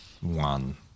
One